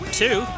two